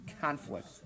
conflict